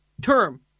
term